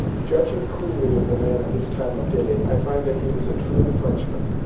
judging coolly of the man at this time of day, i find that he was a true frenchman,